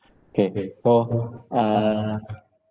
K for uh